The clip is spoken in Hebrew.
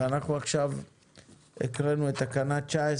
ואנחנו עכשיו הקראנו את תקנה 19,